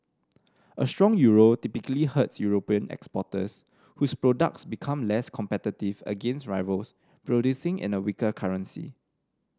a strong euro typically hurts European exporters whose products become less competitive against rivals producing in a weaker currency